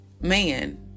man